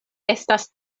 estas